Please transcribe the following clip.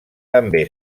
també